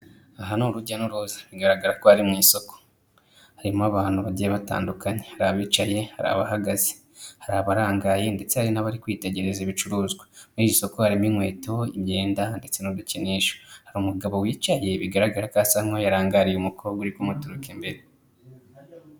Aha ni urujya n'uruza, bigaragara ko ari mu isoko, harimo abantu bagiye batandukanye, hari abicaye hari abahagaze, hari abarangaye ndetse hari n'abari kwitegereza ibicuruzwa, muri iri soko harimo inkweto, imyenda, ndetse n'udukinisho, hari umugabo wicaye bigaragara ko asa n'uwarangariye umukobwa uri kumuturuka imbere.